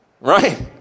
Right